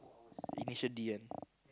initial D ah